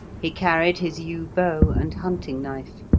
he carried his yew bow and hunting knife.